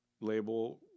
label